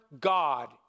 God